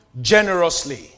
generously